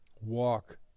walk